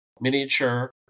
miniature